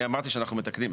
אני אמרתי שאנחנו מתקנים,